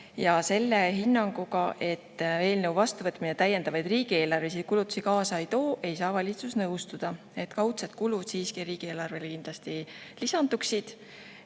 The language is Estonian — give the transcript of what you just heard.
Ja selle hinnanguga, et eelnõu vastuvõtmine täiendavaid riigieelarvelisi kulutusi kaasa ei too, ei saa valitsus nõustuda. Kaudsed kulud siiski riigieelarvesse kindlasti lisanduksid,